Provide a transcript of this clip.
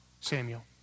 Samuel